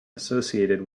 associated